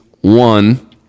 one